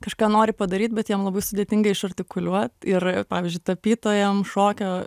kažką nori padaryt bet jiem labai sudėtinga išartikuliuot ir pavyzdžiui tapytojam šokio